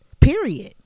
period